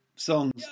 songs